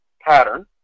pattern